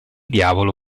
diavolo